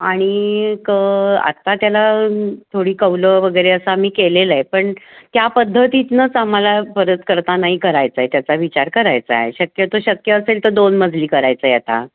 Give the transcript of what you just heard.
आणि क आत्ता त्याला थोडी कौलं वगैरे असं आम्ही केलेलं आहे पण त्या पद्धतीतूनच आम्हाला परत करता नाही करायचं आहे त्याचा विचार करायचा आहे शक्यतो शक्य असेल तर दोन मजली करायचं आहे आता